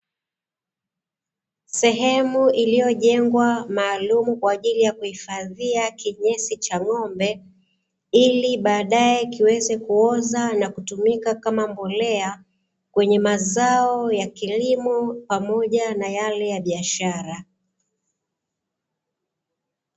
Sehemu iliyojengwa maalumu kwa ajili ya kuhifadhia kinyesi cha ng’ombe, ili baadae kiweze kuoza na kutumika Kama mbolea kwenye mazao ya kilimo pamoja na yale ya biashara.